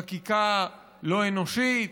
חקיקה לא אנושית,